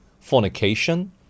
fornication